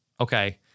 Okay